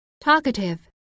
talkative